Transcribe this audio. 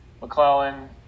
McClellan